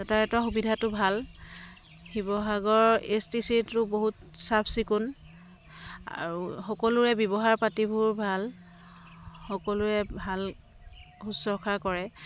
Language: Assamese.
যাতায়াতৰ সুবিধাটো ভাল Sivasagar A S T C টো বহুত চাফ চিকুণ আৰু সকলোৰে ব্যৱহাৰপাতিবোৰ ভাল সকলোৱে ভাল শুশ্ৰূষা কৰে